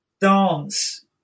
dance